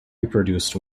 reproduced